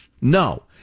no